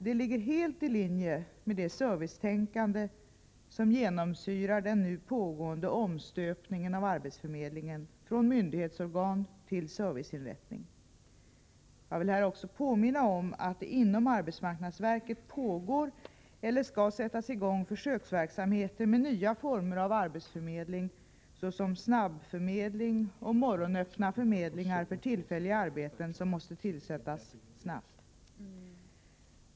Det ligger helt i linje med det servicetänkande som genomsyrar den nu pågående omstöpningen av arbetsförmedlingen från myndighetsorgan till serviceinrättning. Jag vill här också påminna om att det inom arbetsmarknadsverket pågår eller skall sättas i gång försöksverksamheter med nya former av arbetsförmedling, såsom snabbförmedling och morgonöppna förmedlingar för tillfälliga arbeten som måste tillsättas snabbt.